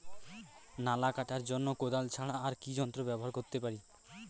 নালা কাটার জন্য কোদাল ছাড়া আর কি যন্ত্র ব্যবহার করতে পারি?